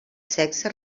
sexe